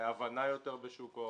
ליותר הבנה בשוק ההון.